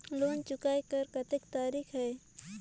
Loan चुकाय कर कतेक तरीका है?